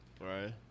Right